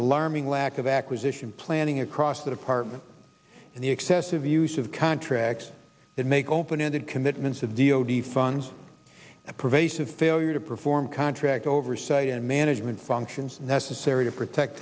alarming lack of acquisition planning across the department and the excessive use of contracts that make open ended commitments of d o d funds a pervasive failure to perform contract oversight and management functions necessary to protect